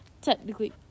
technically